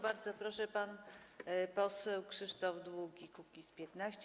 Bardzo proszę, pan poseł Krzysztof Długi, Kukiz’15.